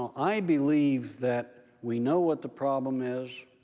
i believe that we know what the problem is.